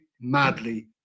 madly